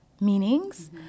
meanings